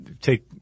take